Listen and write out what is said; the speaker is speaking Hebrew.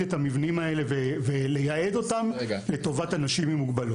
את המבנים האלה ולייעד אותם לטובת אנשים עם מוגבלות.